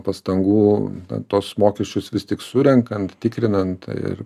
pastangų tuos mokesčius vis tik surenkant tikrinant ir